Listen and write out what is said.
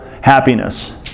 happiness